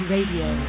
Radio